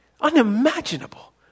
unimaginable